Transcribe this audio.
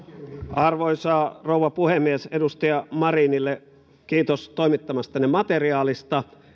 arvoisa rouva puhemies edustaja marinille kiitos toimittamastanne materiaalista